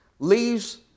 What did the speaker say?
Leaves